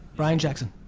brian jackson.